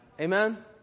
Amen